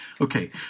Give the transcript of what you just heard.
Okay